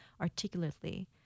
articulately